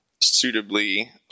suitably